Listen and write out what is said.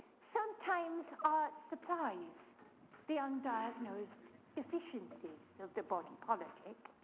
sometimes art supplies the undiagnosed deficiencies of the body politic.